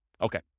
Okay